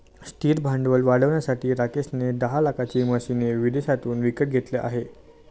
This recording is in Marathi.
स्थिर भांडवल वाढवण्यासाठी राकेश ने दहा लाखाची मशीने विदेशातून विकत घेतले आहे